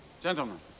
Gentlemen